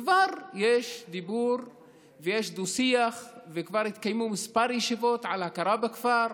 כבר יש דיבור ויש דו-שיח וכבר התקיימו כמה ישיבות על הכרה בכפר,